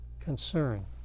concern